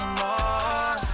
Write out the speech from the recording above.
more